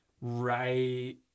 right